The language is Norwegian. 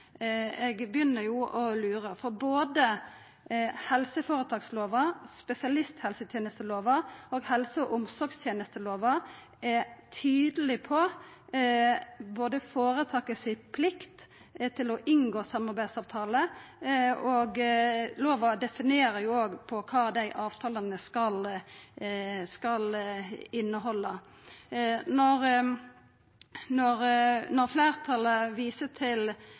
Eg begynner jo å lura. For både helseføretakslova, spesialisthelsetenestelova og helse- og omsorgstenestelova er tydelege på føretaket si plikt til å inngå samarbeidsavtaler, og lova definerer òg kva dei avtalane skal innehalda. Når fleirtalet viser til